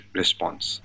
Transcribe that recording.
response